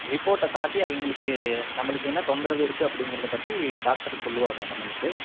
ரிப்போர்ட்டை காட்டி அவங்களுக்கு நம்மளுக்கு என்ன தொந்தரவு இருக்கு அப்படிங்குறதை பற்றி டாக்டர் சொல்லுவாங்க நம்மளுக்கு